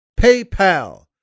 PayPal